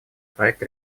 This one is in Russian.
проект